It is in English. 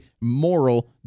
moral